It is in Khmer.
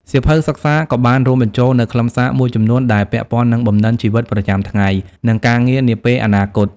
សៀវភៅសិក្សាក៏បានរួមបញ្ចូលនូវខ្លឹមសារមួយចំនួនដែលពាក់ព័ន្ធនឹងបំណិនជីវិតប្រចាំថ្ងៃ និងការងារនាពេលអនាគត។